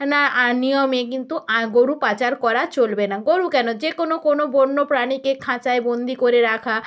নিয়মে কিন্তু গরু পাচার করা চলবে না গরু কেন যেকোনও কোনও বন্য প্রাণীকে খাঁচায় বন্দি করে রাখা